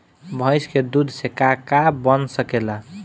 भइस के दूध से का का बन सकेला?